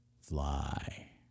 fly